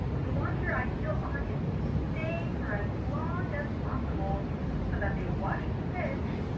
you want your ideal audience to stay for as long as possible so that they watch the pitch,